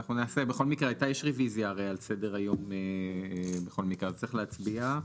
בכל מקרה יש הרי רוויזיה על סדר היום אז צריך להצביע.